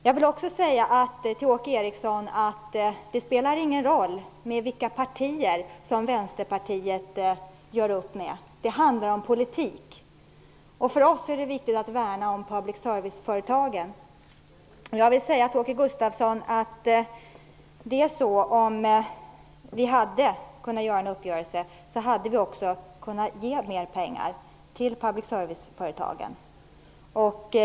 Jag vill också säga till Åke Gustavsson att det inte spelar någon roll med vilka partier som Vänsterpartiet gör upp. Det handlar om politik. För oss är det viktigt att värna om public service-företagen. Om vi hade kunnat träffa en uppgörelse, Åke Gustavsson, hade vi också kunnat ge mer pengar till public service-företagen.